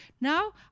now